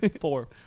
Four